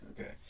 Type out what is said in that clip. okay